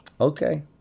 Okay